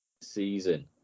season